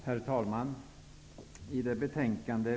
Herr talman!